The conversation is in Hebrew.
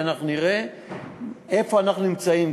שאנחנו נראה איפה אנחנו נמצאים,